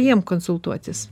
jiem konsultuotis